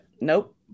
Nope